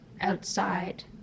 outside